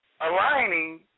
aligning